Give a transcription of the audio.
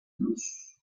plus